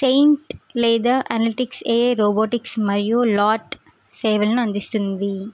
Saint లేదా analytics AI robotics మరియు లాట్ సేవలను అందిస్తుంది